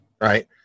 right